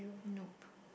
nope